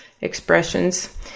expressions